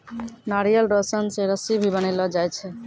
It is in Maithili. नारियल रो सन से रस्सी भी बनैलो जाय छै